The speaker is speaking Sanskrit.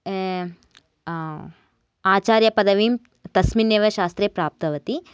आचार्यपदवीं तस्मिन् एव शास्त्रे प्राप्तवती